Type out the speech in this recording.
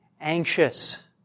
anxious